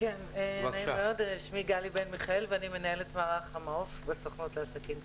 אני מנהלת מערך המעוף בסוכנות לעסקים קטנים.